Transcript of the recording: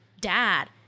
dad